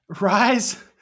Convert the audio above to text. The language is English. Rise